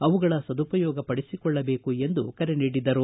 ಅವುಗಳ ಸದುಪಯೋಗಪಡಿಸಿಕೊಳ್ಳಬೇಕೆಂದು ಕರೆ ನೀಡಿದರು